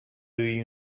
you